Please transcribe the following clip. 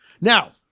Now